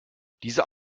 diese